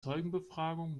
zeugenbefragung